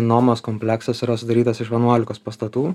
nomos kompleksas yra sudarytas iš vienuolikos pastatų